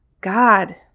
God